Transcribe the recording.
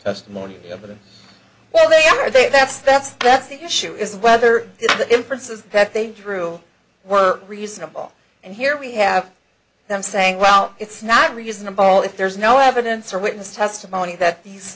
testimony of them well they are they that's that's that's the issue is whether the inference is that they drew were reasonable and here we have them saying well it's not reasonable if there's no evidence or witness testimony that these